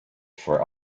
for